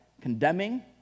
condemning